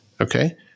okay